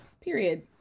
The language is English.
period